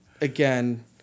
again